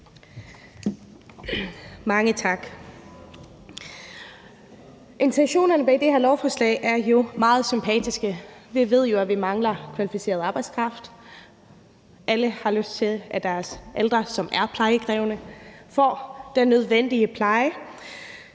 Mange tak. Intentionerne bag det her lovforslag er jo meget sympatiske. Vi ved jo, at vi mangler kvalificeret arbejdskraft. Alle vil gerne have, at deres ældre, som er plejekrævende, får den nødvendige pleje.